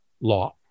law